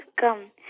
come